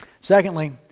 Secondly